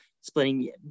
splitting